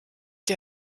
die